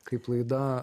kaip laida